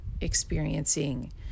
experiencing